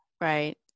Right